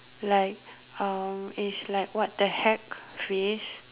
like uh is like what the heck face